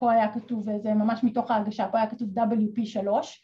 ‫פה היה כתוב, זה ממש מתוך ההרגשה, ‫פה היה כתוב WP3.